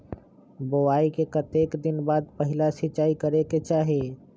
बोआई के कतेक दिन बाद पहिला सिंचाई करे के चाही?